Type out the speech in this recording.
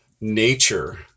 nature